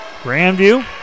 Grandview